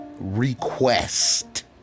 request